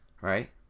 Right